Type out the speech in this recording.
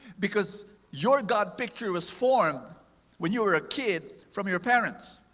because your god picture was formed when you were a kid from your parents.